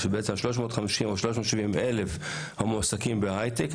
בעצם 350,000 או 370,000 המועסקים בהייטק,